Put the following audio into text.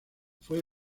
fue